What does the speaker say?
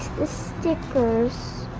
the stickers,